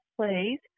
please